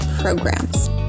programs